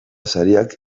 sariak